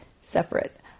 separate